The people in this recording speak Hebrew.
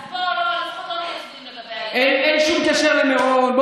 אז בוא, אין שום קשר למירון.